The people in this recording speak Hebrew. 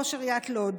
ראש עיריית לוד.